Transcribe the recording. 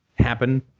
happen